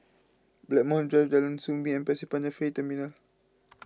Blackmore Drive Jalan Soo Bee and Pasir Panjang Ferry Terminal